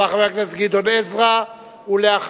תודה.